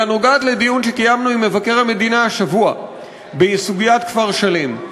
אלא נוגעת בדיון שקיימנו עם מבקר המדינה השבוע בסוגיית כפר-שלם.